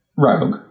Rogue